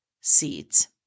seeds